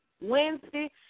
Wednesday